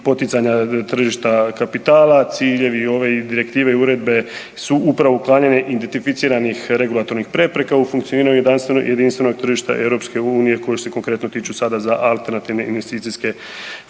poticanja tržišta kapitala. Ciljevi ove direktive i uredbe su upravo uklanjanje identificiranih regulatornih prepreka u funkcioniranju jedinstvenog tržišta EU koji se konkretno tiču sada za alternativne investicijske fondove.